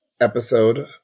episode